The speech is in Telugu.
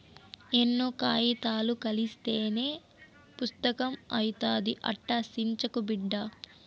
ఎన్నో కాయితాలు కలస్తేనే పుస్తకం అయితాది, అట్టా సించకు బిడ్డా